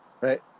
right